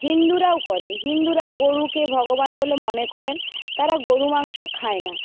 হিন্দুরাও করে হিন্দুরা গরুকে ভগবান বলে মনে করেন তারা গরু মাংস খায় না